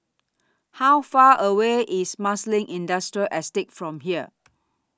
How Far away IS Marsiling Industrial Estate from here